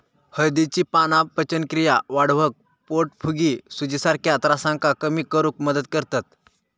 हळदीची पाना पचनक्रिया वाढवक, पोटफुगी, सुजीसारख्या त्रासांका कमी करुक मदत करतत